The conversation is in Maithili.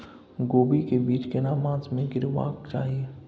कोबी के बीज केना मास में गीरावक चाही?